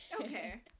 Okay